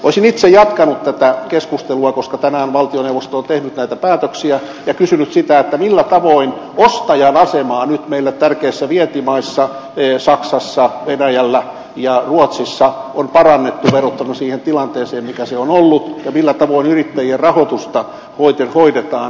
olisin itse jatkanut tätä keskustelua koska tänään valtioneuvosto on tehnyt näitä päätöksiä ja kysynyt sitä millä tavoin ostajan asemaa nyt meille tärkeissä vientimaissa saksassa venäjällä ja ruotsissa on parannettu verrattuna siihen tilanteeseen mikä se on ollut ja millä tavoin yrittäjien rahoitusta hoidetaan